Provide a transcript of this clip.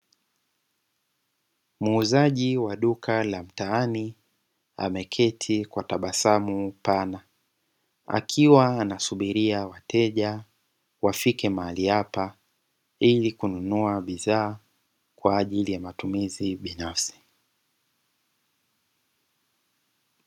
Muuzaji wa duka la mtaani ameketi kwa tabasamu sana. Akiwa anasubiria wateja wafike mahali hapa ili wanunue bidhaa kwa ajili ya matumizi binafsi